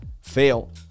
fail